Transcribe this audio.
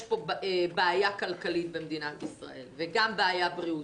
בעיה כלכלית במדינת ישראל וגם בעיה בריאותית,